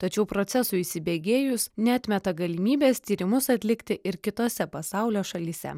tačiau procesui įsibėgėjus neatmeta galimybės tyrimus atlikti ir kitose pasaulio šalyse